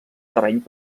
terreny